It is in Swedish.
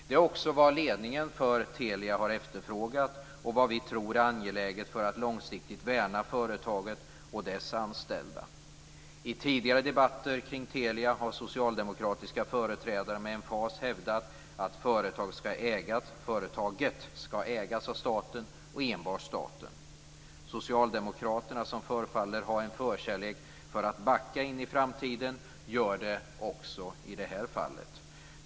Det är också vad ledningen för Telia har efterfrågat och vad vi tror är angeläget för att långsiktigt värna företaget och dess anställda. I tidigare debatter kring Telia har socialdemokratiska företrädare med emfas hävdat att företaget skall ägas enbart av staten. Socialdemokraterna, som förefaller ha en förkärlek för att backa in i framtiden, gör så också i det här fallet.